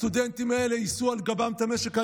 הסטודנטים האלה יישאו על גבם את המשק הישראלי.